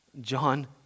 John